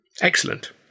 Excellent